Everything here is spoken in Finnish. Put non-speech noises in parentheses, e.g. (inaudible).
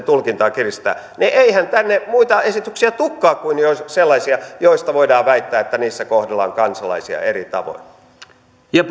(unintelligible) tulkintaa kiristämään niin eihän tänne muita esityksiä tulekaan kuin sellaisia joista voidaan väittää että niissä kohdellaan kansalaisia eri tavoin ja (unintelligible)